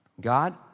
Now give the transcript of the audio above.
God